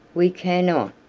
we cannot,